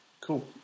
cool